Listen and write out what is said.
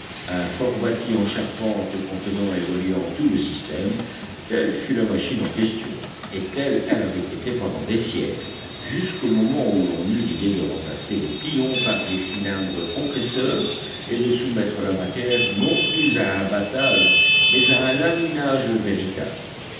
fort bâtis en charpente contenant et reliant tout le système telle fut la machine en question et telle elle avait été pendant des siècles jusqu'au moment où l'on eut l'idée de remplacer les pilons par des cylindres compresseurs et de soumettre la matière non plus à un battage mais à un laminage véritable